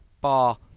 Bar